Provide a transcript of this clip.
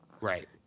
Right